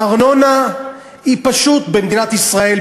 הארנונה במדינת ישראל,